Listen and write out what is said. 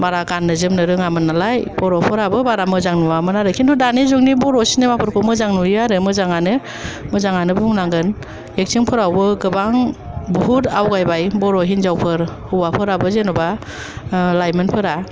बारा गाननो जोमनो रोङामोननालाय बर'फोराबो बारा मोजां नुआमोन आरो खिन्थु दानि जुगनि बर' सिनिमा फोरखौ मोजां नुयो आरो मोजाङानो मोजाङानो बुंनांगोन एकथिं फोरावबो गोबां बहुथ आवगयबाय बर' हिन्जावफोर हौवाफोराबो जेनबा लाइमोनफोरा